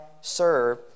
serve